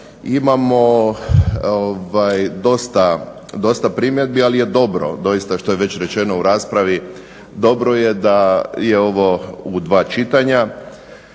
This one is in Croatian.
imamo dosta primjedbi, ali je dobro doista što je već rečeno u raspravi, dobro je da je ovo u dva čitanja